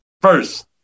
first